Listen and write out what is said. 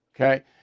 Okay